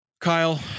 Kyle